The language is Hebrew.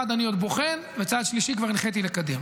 אחד אני עוד בוחן וצעד שלישי הנחיתי לקדם.